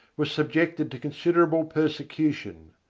was subjected to considerable persecution.